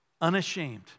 Unashamed